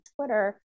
Twitter